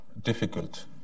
difficult